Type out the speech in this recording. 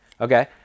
Okay